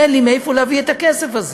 אין לי מאיפה להביא את הכסף הזה.